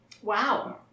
Wow